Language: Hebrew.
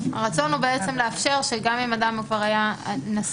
הרצון הוא לאפשר שגם אם אדם כבר היה נשיא.